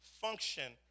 function